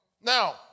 now